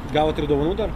gavot ir dovanų dar